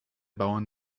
bauern